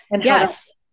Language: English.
Yes